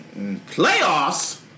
Playoffs